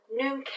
noon